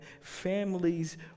families